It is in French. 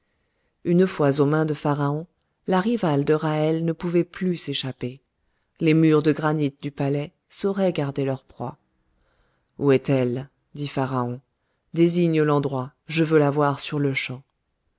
une fois aux mains de pharaon la rivale de ra'hel ne pouvait plus s'échapper les murs de granit du palais sauraient garder leur proie où est-elle dit pharaon désigne l'endroit je veux la voir sur-le-champ